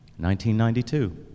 1992